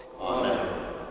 Amen